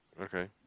Okay